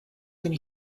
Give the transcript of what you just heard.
than